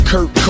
Kurt